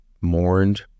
mourned